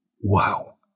wow